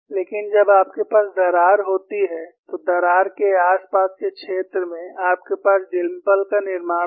लेकिन जब आपके पास दरार होती है तो दरार के आस पास के क्षेत्र में आपके पास डिंपल का निर्माण होगा